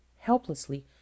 helplessly